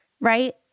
Right